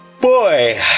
Boy